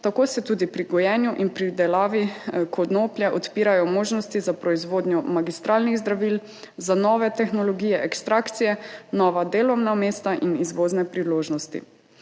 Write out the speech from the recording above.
Tako se tudi pri gojenju in pridelavi konoplje odpirajo možnosti za proizvodnjo magistralnih zdravil za nove tehnologije, ekstrakcije, nova delovna mesta in izvozne priložnosti.